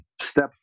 Step